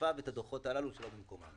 האכיפה ואת הדוחות הללו שלא במקומם.